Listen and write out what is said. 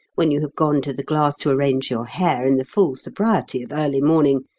when you have gone to the glass to arrange your hair in the full sobriety of early morning,